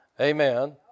amen